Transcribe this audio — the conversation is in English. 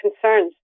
concerns